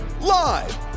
live